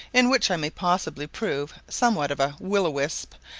in which i may possibly prove somewhat of a will-o'-the-wisp,